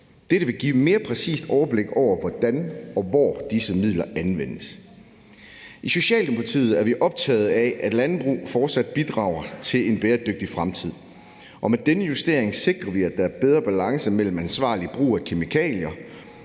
Dette vil give et mere præcist overblik over, hvordan og hvor disse midler anvendes. I Socialdemokratiet er vi optaget af, at landbruget fortsat bidrager til en bæredygtig fremtid, og med denne justering sikrer vi, at der er en bedre balance imellem en ansvarlig brug af kemikalier